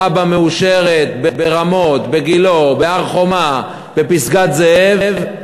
תב"ע מאושרת ברמות, בגילה, בהר-חומה, בפסגת-זאב.